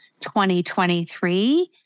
2023